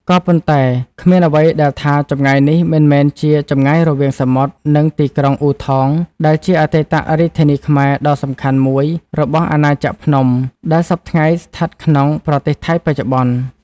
ក៏ប៉ុន្តែគ្មានអ្វីដែលថា ចម្ងាយនេះមិនមែនជាចម្ងាយរវាងសមុទ្រ និងទីក្រុង អ៊ូថង ដែលជាអតីតរាជធានីខ្មែរដ៏សំខាន់មួយ របស់អាណាចក្រភ្នំ ដែលសព្វថ្ងៃស្ថិតក្នុង ប្រទេសថៃបច្ចុប្បន្ន ។